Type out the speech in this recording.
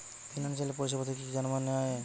Financial পরিসেবা থেকে কি যানবাহন নেওয়া যায়?